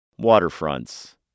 Waterfronts